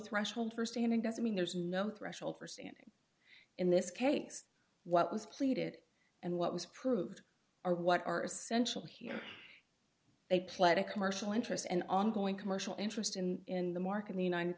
threshold for standard doesn't mean there's no threshold for standing in this case what was pleaded and what was proved are what are essential here they pled a commercial interest and ongoing commercial interest in the market the united